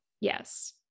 Yes